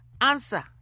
answer